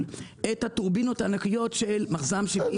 את הטורבינות הענקיות של מחז"מ 70 ו-80.